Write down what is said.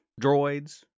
droids